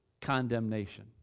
condemnation